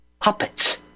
puppets